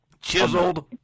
chiseled